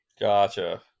Gotcha